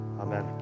Amen